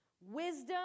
wisdom